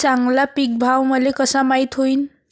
चांगला पीक भाव मले कसा माइत होईन?